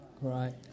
Right